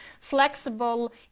flexible